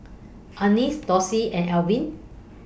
Anais Dossie and Arvin